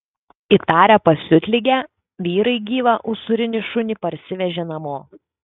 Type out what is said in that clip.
įtarę pasiutligę vyrai gyvą usūrinį šunį parsivežė namo